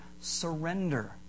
surrender